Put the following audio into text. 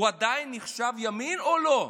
הוא עדיין נחשב ימין או לא?